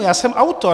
Já jsem autor.